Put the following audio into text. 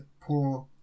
poor